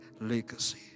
legacy